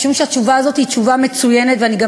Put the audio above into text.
משום שהתשובה הזאת היא תשובה מצוינת ואני גם